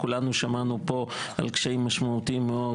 כולנו שמענו פה על קשיים משמעותיים מאוד